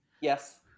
Yes